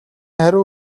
хариу